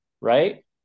right